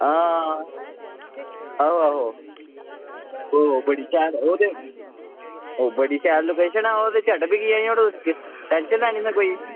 हां आहो आहो बड़ी शैल ओह् ते ओह् बड़ी शैल लोकेशन ऐ ते ओह् ते झट बिकी जानी टैंशन ते निं ना ऐ कोई